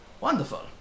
wonderful